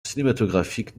cinématographique